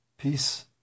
peace